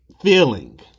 feeling